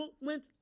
went